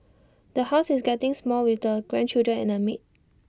the house is getting small with the grandchildren and A maid